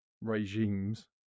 regimes